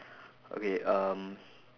okay um